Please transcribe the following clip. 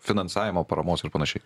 finansavimo paramos ir panašiai